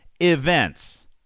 events